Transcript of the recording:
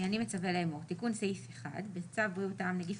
אני מצווה לאמור: 1.תיקון סעיף 1 בצו בריאות העם (נגיף